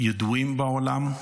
ידועות בעולם,